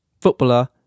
footballer